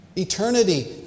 Eternity